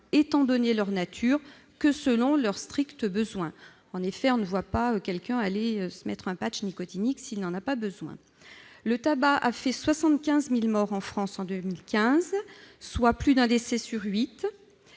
étant donné leur nature, que selon leur strict besoin. On n'imagine pas quelqu'un se mettre un patch nicotinique s'il n'en a pas besoin ! Le tabac a fait 75 000 morts en France en 2015, soit plus d'un décès sur huit.